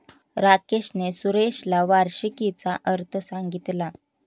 राकेशने सुरेशला वार्षिकीचा अर्थ सांगितला